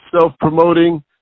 self-promoting